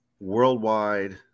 worldwide